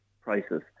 prices